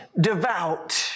devout